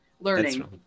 Learning